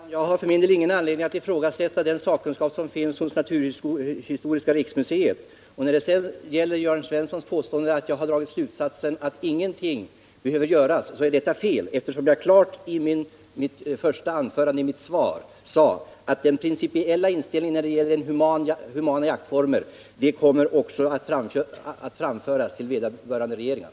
Herr talman! Jag har för min del ingen anledning att ifrågasätta naturhistoriska riksmuseets sakkunskap. Beträffande Jörn Svenssons påstående att jag har dragit slutsatsen att ingenting behöver göras vill jag säga att detta är felaktigt. I frågesvaret sade jag klart ifrån att vår principiella inställning om humana jaktformer kommer att framföras till vederbörande regeringar.